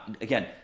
again